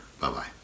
Bye-bye